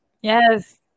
Yes